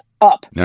up